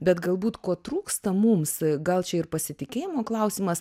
bet galbūt ko trūksta mums gal čia ir pasitikėjimo klausimas